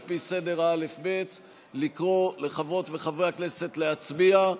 על פי סדר האל"ף-בי"ת לקרוא לחברות וחברי הכנסת להצביע.